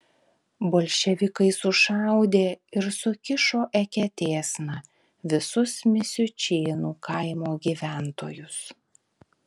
bolševikai sušaudė ir sukišo eketėsna visus misiučėnų kaimo gyventojus